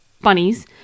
bunnies